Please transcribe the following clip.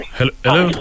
Hello